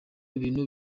ibintu